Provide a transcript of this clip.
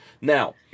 Now